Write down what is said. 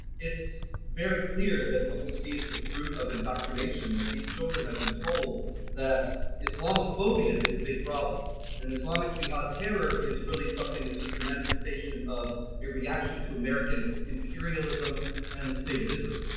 it's very clear that what we see is the fruit of indoctrination that these children have been told that islamophobia is a big problem an islamic jihad terror is really something that's just a manifestation of a reaction to american imperialism and the state of israel